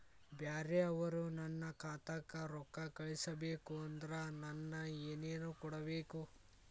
ಬ್ಯಾರೆ ಅವರು ನನ್ನ ಖಾತಾಕ್ಕ ರೊಕ್ಕಾ ಕಳಿಸಬೇಕು ಅಂದ್ರ ನನ್ನ ಏನೇನು ಕೊಡಬೇಕು?